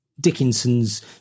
Dickinson's